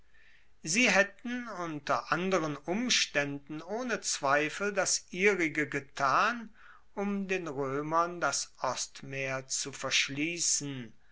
sie haetten unter anderen umstaenden ohne zweifel das ihrige getan um den roemern das ostmeer zu verschliessen